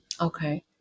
Okay